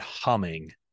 humming